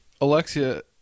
alexia